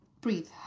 breathe